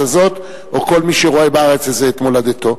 הזאת או כל מי שרואה בארץ הזאת את מולדתו.